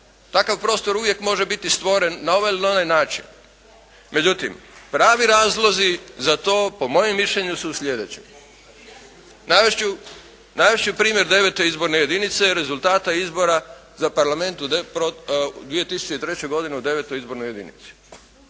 Takav prostor uvijek može biti stvoren na ovaj ili na onaj način. Međutim pravi razlozi za to po mojem mišljenju su sljedeći. Navest ću, navest ću primjer 9. izborne jedinice, rezultata izbora za Parlament 2003. godine u 9. izbornoj jedinici.